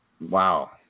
Wow